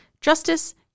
Justice